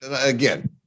again